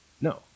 No